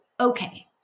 okay